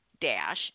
dash